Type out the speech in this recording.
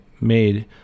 made